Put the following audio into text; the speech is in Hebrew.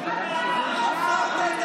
מכרת את